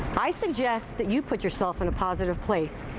i suggest that you put yourself in a positive place.